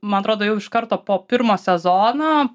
man atrodo jau iš karto po pirmo sezono